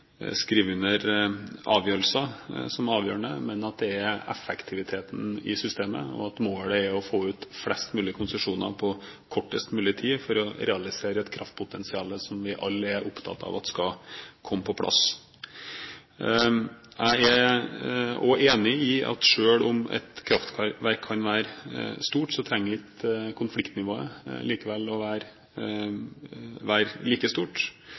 skrive under på avgjørelsene, som er det avgjørende, men at det er effektivitet i systemet, og at målet er å få ut flest mulig konsesjoner på kortest mulig tid for å realisere et kraftpotensial som vi alle er opptatt av skal komme på plass. Jeg er også enig i at selv om et kraftverk kan være stort, trenger likevel ikke konfliktnivået være like stort. Det er likevel krevende å